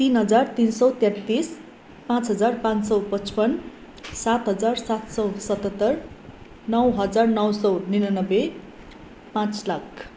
तिन हजार तिन सय तेत्तिस पाँच हजार पाँच सय पचपन्न सात हजार सात सय सतहत्तर नौ हजार नौ सय उनानब्बे पाँच लाख